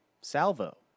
Salvo